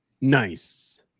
Nice